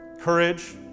courage